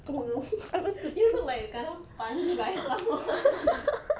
oo you look like you kena punch by someone